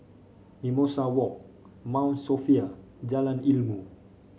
Mimosa Walk Mount Sophia Jalan Ilmu